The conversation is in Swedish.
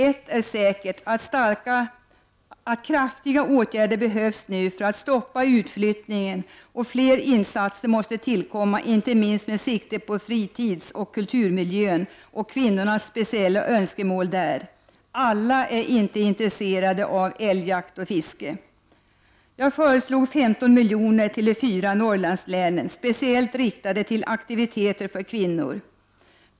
Ett är säkert, att kraftiga åtgärder behövs nu för att stoppa utflyttningen, och fler insatser måste tillkomma, inte minst med sikte på kvinnornas speciella önskemål beträffande fritidsoch kulturmiljön. Alla är inte intresserade av älgjakt och fiske. Jag föreslog 15 miljoner till de fyra Norrlandslänen, speciellt riktade till aktiviteter för kvinnor.